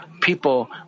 people